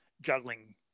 juggling